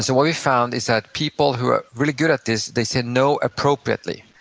so what we've found is that people who are really good at this, they say no appropriately.